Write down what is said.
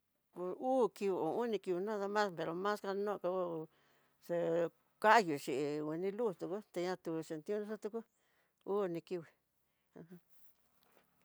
Uu, uu kii uu oni kii nadamás pero mas kano hó, xekayo xhi ngueni luz tiúx teña tu xhintió xhin tuku uu ni kivii.